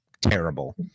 terrible